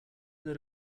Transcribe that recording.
that